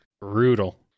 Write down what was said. brutal